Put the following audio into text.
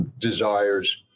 desires